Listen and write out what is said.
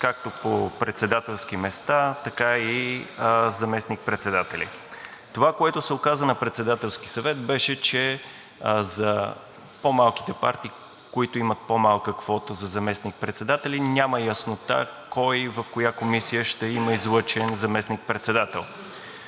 както по председателски места, така и заместник-председатели. Това, което се оказа на Председателския съвет, беше, че за по-малките партии, които имат по-малка квота за заместник-председатели, няма яснота кой в коя комисия ще има излъчен заместник-председател.